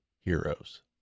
heroes